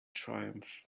triumph